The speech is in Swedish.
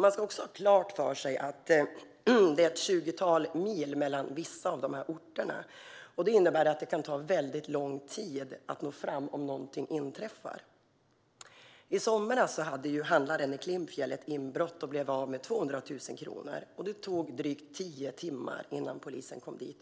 Man ska också ha klart för sig att det är ett tjugotal mil mellan vissa av dessa orter, vilket innebär att det kan ta lång tid för polisen att nå fram om något inträffar. I somras hade handlaren i Klimpfjäll ett inbrott och blev av med 200 000 kronor. Det tog drygt tio timmar innan polisen kom dit.